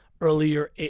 earlier